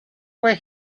were